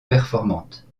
performantes